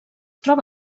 troba